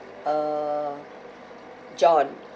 uh john